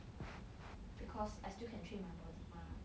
because I still can train my body mah